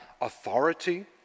authority